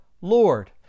Lord